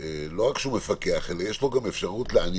אז לא רק שהוא מפקח, יש לו גם זכות אכיפה.